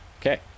Okay